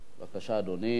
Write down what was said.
בבקשה, אדוני.